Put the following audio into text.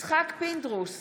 יצחק פינדרוס,